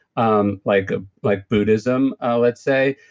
um like ah like buddhism ah let's say.